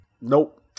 Nope